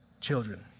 children